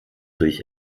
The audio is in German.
durch